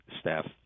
staff